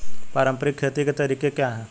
पारंपरिक खेती के तरीके क्या हैं?